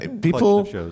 People